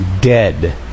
dead